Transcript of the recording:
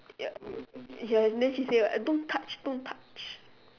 ya ya then she say what don't touch don't touch